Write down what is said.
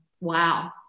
Wow